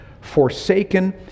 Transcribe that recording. forsaken